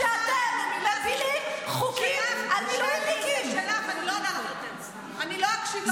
כשאת חושבת שלשר אין מילה זה מביש.